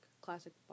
classic